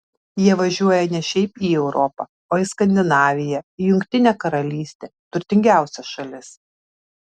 jie važiuoja ne šiaip į europą o į skandinaviją ir jungtinę karalystę turtingiausias šalis